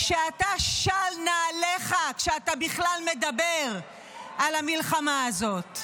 שאתה, של נעליך כשאתה בכלל מדבר על המלחמה הזאת.